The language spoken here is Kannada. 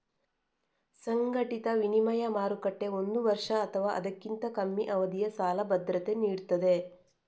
ಸಂಘಟಿತ ವಿನಿಮಯ ಮಾರುಕಟ್ಟೆ ಒಂದು ವರ್ಷ ಅಥವಾ ಅದಕ್ಕಿಂತ ಕಮ್ಮಿ ಅವಧಿಯ ಸಾಲ ಭದ್ರತೆ ನೀಡ್ತದೆ